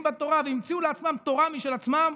בתורה והמציאו לעצמם תורה משל עצמם,